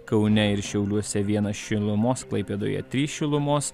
kaune ir šiauliuose vienas šilumos klaipėdoje trys šilumos